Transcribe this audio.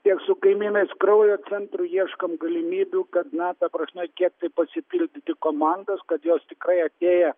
tiek su kaimynais kraujo centru ieškom galimybių kad na ta prasme kiek tai pasipildyti komandos kad jos tikrai atėję